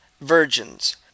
virgins